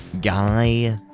guy